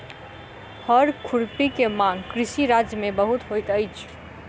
हअर खुरपी के मांग कृषि राज्य में बहुत होइत अछि